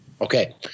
Okay